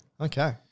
Okay